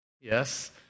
yes